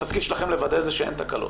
שהתפקיד שלכם הוא לוודא שאין תקלות.